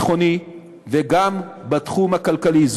גם בתחום הביטחוני וגם בתחום הכלכלי.